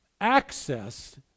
access